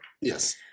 yes